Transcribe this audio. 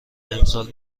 امسال